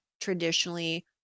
traditionally